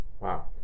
Wow